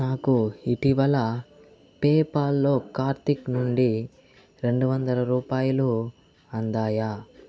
నాకు ఇటీవల పేపాల్లో కార్తిక్ నుండి రెండు వందల రుపాయలు అందాయ